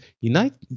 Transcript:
United